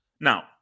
Now